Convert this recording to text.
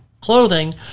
clothing